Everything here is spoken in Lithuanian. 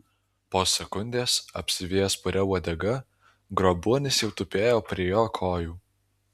po sekundės apsivijęs puria uodega grobuonis jau tupėjo prie jo kojų